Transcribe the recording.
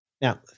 Now